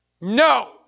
No